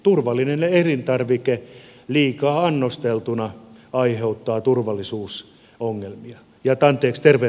turvallinen elintarvike liikaa annosteltuna aiheuttaa terveydellisiä ongelmia